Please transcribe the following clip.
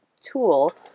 tool